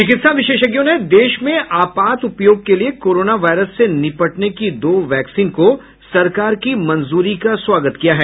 चिकित्सा विशेषज्ञों ने देश में आपात उपयोग के लिए कोरोना वायरस से निपटने की दो वैक्सीन को सरकार की मंजूरी का स्वागत किया है